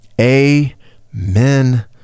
Amen